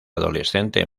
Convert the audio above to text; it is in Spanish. adolescente